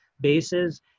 bases